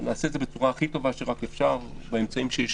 ונעשה את זה בצורה הכי טובה שרק אפשר באמצעים שיש,